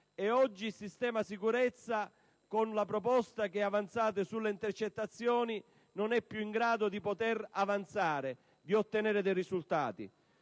Oggi il sistema sicurezza, con la proposta che portate avanti sulle intercettazioni, non è più in grado di avanzare e ottenere risultati.